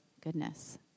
goodness